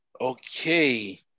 Okay